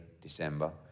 December